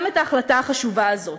גם את ההחלטה החשובה הזאת.